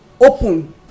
open